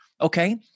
Okay